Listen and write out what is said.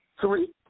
Three